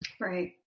Right